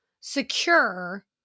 secure